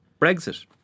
Brexit